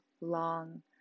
long